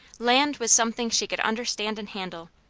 land was something she could understand and handle.